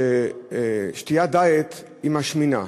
ששתיית דיאט משמינה.